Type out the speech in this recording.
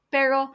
Pero